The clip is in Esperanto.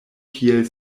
tiel